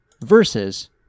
versus